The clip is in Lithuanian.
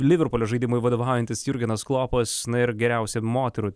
liverpulio žaidimui vadovaujantis jurgenas klopas na ir geriausia moterų